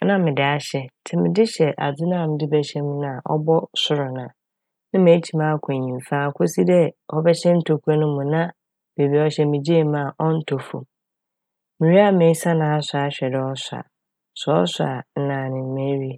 a na mede ahyɛ ntsi mede hyɛ adze no a mede bɛhyɛ mu na, ɔbɔ sor na na mekyiim akɔ nyimfa kosi dɛ ɔbɛhyɛ ntokura no mu na beebi a ɔhyɛ megyae mu a ɔnntɔ famu. Mewie mesian asɔ ahwɛ dɛ ɔsɔ a sɛ ɔsɔ naa nye n', mewie.